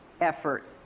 effort